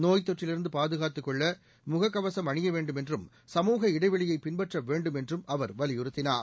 நோய்த் தொற்றிலிருந்து பாதுகாத்துக் கொள்ள முகக்கவசம் அணிய வேண்டும் என்றும் சமுக இடைவெளியைப் பின்பற்ற வேண்டும் என்றும் அவர் கூறினார்